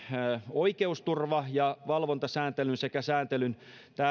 oikeusturva ja valvontasääntelyn sekä sääntelyn